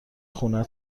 خونه